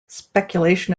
speculation